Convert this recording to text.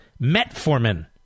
Metformin